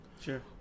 Sure